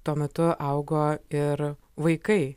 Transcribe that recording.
tuo metu augo ir vaikai